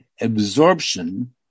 absorption